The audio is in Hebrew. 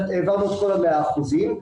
העברנו את כל מאת האחוזים.